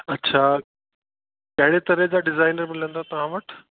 अच्छा कहिड़े तरह जा डिजाइन मिलंदा तव्हां वटि